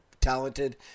talented